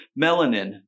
melanin